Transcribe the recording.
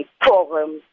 programs